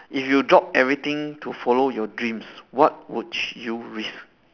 if you drop everything to follow your dreams what would you risk